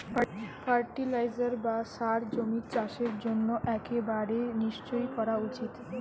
fertiliser বা সার জমির চাষের জন্য একেবারে নিশ্চই করা উচিত